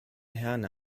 herne